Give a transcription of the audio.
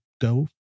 go